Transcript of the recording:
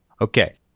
Okay